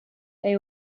they